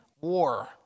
war